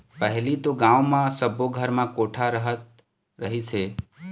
पहिली तो गाँव म सब्बो घर म कोठा रहत रहिस हे